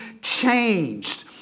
changed